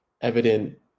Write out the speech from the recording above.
evident